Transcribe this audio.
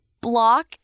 Block